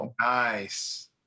Nice